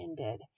ended